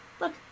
Look